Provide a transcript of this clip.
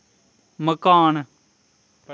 मकान